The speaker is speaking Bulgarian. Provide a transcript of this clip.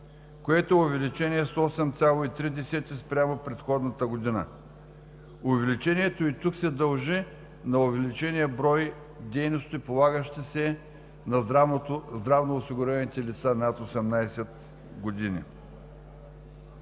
което увеличение е с 8,3 спрямо предходната година. Увеличението и тук се дължи на увеличения брой дейности, полагащи се на здравно осигурените лица над 18 години.